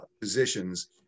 positions